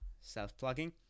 self-plugging